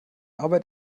arbeit